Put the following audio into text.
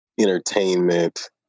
entertainment